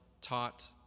taught